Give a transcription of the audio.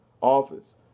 office